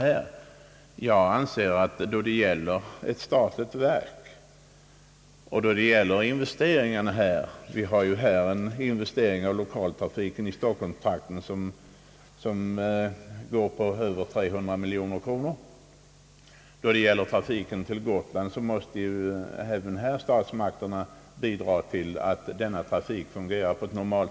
Vi har en statlig investering i stockholmsområdets lokaltrafik på över 300 miljoner kronor. Även när det gäller trafiken till Gotland måste staten bidra för att den skall kunna upprätthållas.